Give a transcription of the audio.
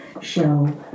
show